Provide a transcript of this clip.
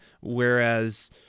whereas